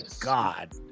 god